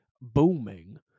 booming